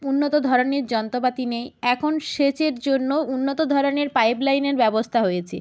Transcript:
উন্নত ধরনের যন্ত্রপাতি নেই এখন সেচের জন্য উন্নত ধরনের পাইপ লাইনের ব্যবস্থা হয়েচে